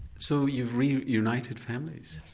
so you've reunited families?